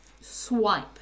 Swipe